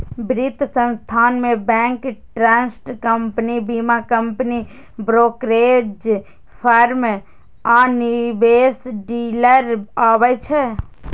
वित्त संस्थान मे बैंक, ट्रस्ट कंपनी, बीमा कंपनी, ब्रोकरेज फर्म आ निवेश डीलर आबै छै